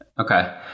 Okay